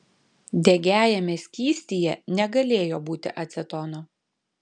degiajame skystyje negalėjo būti acetono